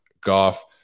Goff